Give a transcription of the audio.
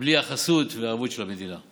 בלי החסות והערבות של המדינה.